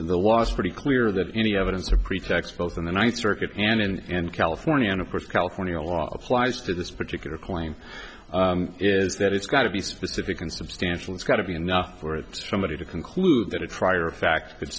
the was pretty clear that any evidence or pretext both in the ninth circuit and in in california and of course california law applies to this particular claim is that it's got to be specific and substantial it's got to be enough for somebody to conclude that a trier of fact